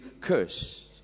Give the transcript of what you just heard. curse